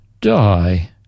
die